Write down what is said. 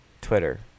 twitter